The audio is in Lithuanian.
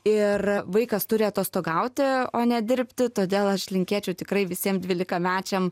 ir vaikas turi atostogauti o nedirbti todėl aš linkėčiau tikrai visiem dvylikamečiam